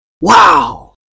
Wow